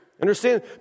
Understand